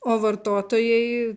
o vartotojai